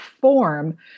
form